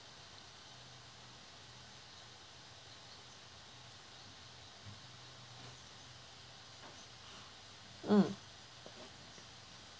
mm